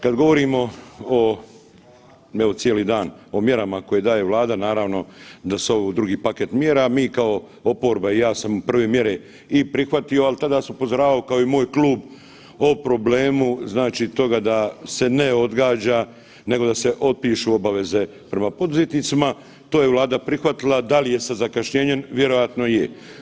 Kad govorimo o, evo cijeli dan o mjerama koje daje Vlada, naravno da su ovo drugi paket mjera, mi kao oproba i ja sam prve mjere i prihvatio, al tada sam upozoravao kao i moj klub o problemu znači toga da se odgađa nego da se otpišu obaveze prema poduzetnicima, to je Vlada prihvatila, da li je sa zakašnjenjem vjerojatno je.